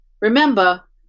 Remember